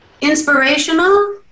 inspirational